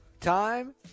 time